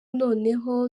noneho